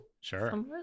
Sure